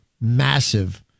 massive